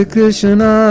Krishna